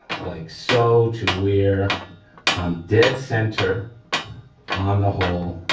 like so to where i'm dead center on the hole,